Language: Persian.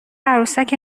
عروسک